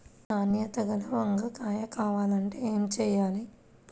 నాణ్యత గల వంగ కాయ కావాలంటే ఏమి చెయ్యాలి?